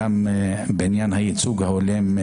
גם בעניין הייצוג ההולם,